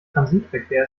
transitverkehr